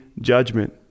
judgment